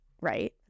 right